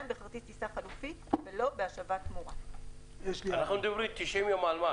בכרטיס טיסה חלופי ולא בהשבת התמורה "; אנחנו מדברים על 90 יום על מה?